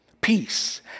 Peace